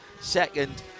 second